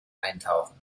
eintauchen